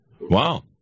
Wow